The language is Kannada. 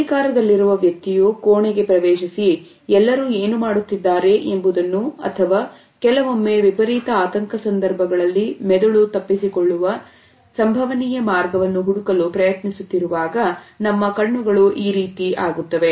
ಅಧಿಕಾರದಲ್ಲಿರುವ ವ್ಯಕ್ತಿಯು ಕೋಣೆಗೆ ಪ್ರವೇಶಿಸಿ ಎಲ್ಲರೂ ಏನು ಮಾಡುತ್ತಿದ್ದಾರೆ ಎಂಬುದನ್ನು ಅಥವಾ ಕೆಲವೊಮ್ಮೆ ವಿಪರೀತ ಆತಂಕ ಸಂದರ್ಭಗಳಲ್ಲಿ ಮೆದುಳು ತಪ್ಪಿಸಿಕೊಳ್ಳುವ ಸಂಭವನೀಯ ಮಾರ್ಗವನ್ನು ಹುಡುಕಲು ಪ್ರಯತ್ನಿಸುತ್ತಿರುವಾಗ ನಮ್ಮ ಕಣ್ಣುಗಳು ಈ ರೀತಿ ಆಗುತ್ತವೆ